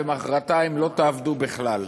ומחרתיים לא תעבדו בכלל.